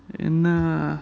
என்ன:enna